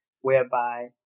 whereby